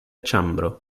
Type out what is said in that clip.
ĉambro